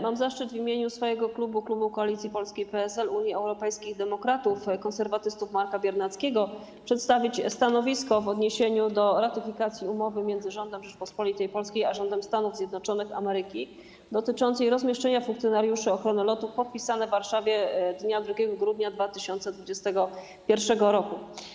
Mam zaszczyt w imieniu swojego klubu, klubu Koalicji Polskiej - PSL, Unii Europejskich Demokratów, Konserwatystów Marka Biernackiego przedstawić stanowisko w odniesieniu do ratyfikacji umowy między rządem Rzeczypospolitej Polskiej a rządem Stanów Zjednoczonych Ameryki dotyczącej rozmieszczenia funkcjonariuszy ochrony lotów, podpisanej w Warszawie dnia 2 grudnia 2021 r.